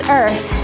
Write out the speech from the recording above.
earth